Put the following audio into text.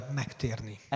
megtérni